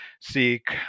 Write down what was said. seek